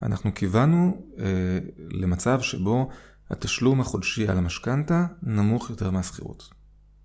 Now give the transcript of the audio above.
אנחנו קיוונו למצב שבו התשלום החודשי על המשכנתה נמוך יותר מהשכירות.